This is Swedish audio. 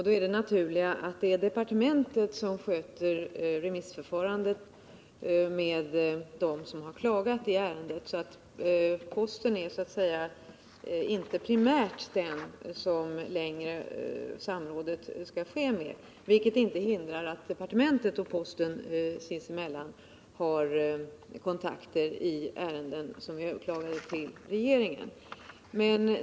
Då är det naturliga att departementet sköter remissförfarandet med dem som klagat i ärendet. Posten är då inte längre primärt den som samrådet skall ske med, vilket inte hindrar att departementet och posten sinsemellan har kontakter i ärenden som är överklagade till regeringen.